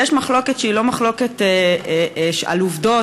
יש מחלוקת שהיא לא מחלוקת על עובדות,